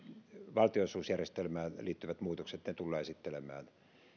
valtionosuusjärjestelmään liittyvät muutokset tullaan esittelemään